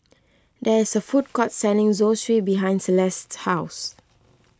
there is a food court selling Zosui behind Celeste's house